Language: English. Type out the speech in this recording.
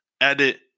edit